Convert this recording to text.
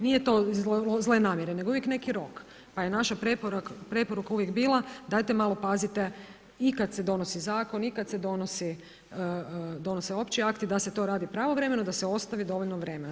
Nije to iz zle namjere, nego uvijek neki rok, pa je naša preporuka uvijek bila dajte malo pazite i kad se donosi zakon i kad se donose opći akti da se to radi pravovremeno, da se ostavi dovoljno vremena.